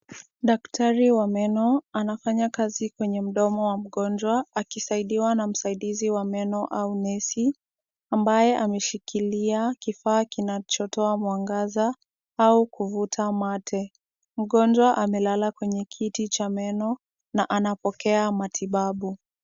Daktari wa meno anafanya kazi kwenye mdomo wa mgonjwa akisaidiwa na msaidizi wa meno au nesi, ambaye ameshikilia kifaa kinachotoa mwangaza au kuvuta mate. Mgonjwa amelala kwenye kiti cha meno na anapokea matibabu.